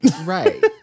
Right